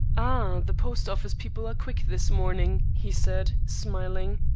ah, the post-office people are quick this morning, he said, smiling.